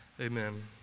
Amen